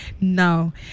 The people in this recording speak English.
now